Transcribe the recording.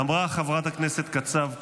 אמרה חברת הכנסת קצב כך: